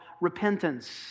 repentance